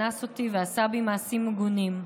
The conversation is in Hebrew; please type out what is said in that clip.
אנס אותי ועשה בי מעשים מגונים.